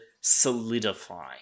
solidify